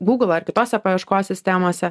google ar kitose paieškos sistemose